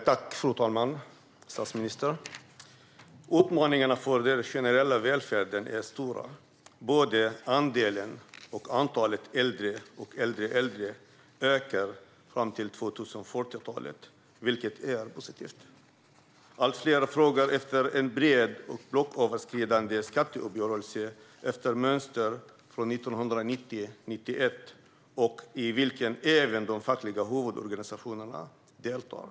Fru talman! Statsministern! Utmaningarna för den generella välfärden är stora. Både andelen och antalet äldre och äldre äldre ökar fram till 2040-talet, vilket är positivt. Allt fler frågar efter en bred och blocköverskridande skatteuppgörelse efter mönster från 1990-1991 och i vilken även de fackliga huvudorganisationerna deltar.